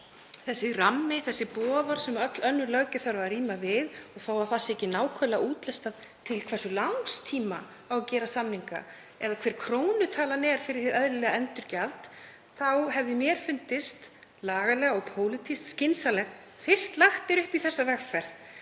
þessi rammi, þessi boðorð, sem öll önnur löggjöf þarf að ríma við. Þó að það sé ekki nákvæmlega útlistað til hversu langs tíma á að gera samninga eða hver krónutalan eigi að vera fyrir hið eðlilega endurgjald hefði mér fundist lagalega og pólitískt skynsamlegt, fyrst lagt er upp í þessa vegferð,